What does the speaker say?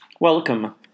Welcome